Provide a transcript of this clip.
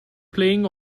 playing